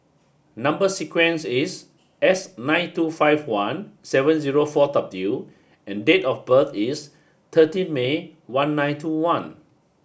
number sequence is S nine two five one seven zero four W and date of birth is thirteen May one nine two one